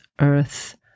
earth